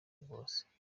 bwose